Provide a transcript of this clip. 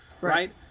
right